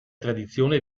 tradizione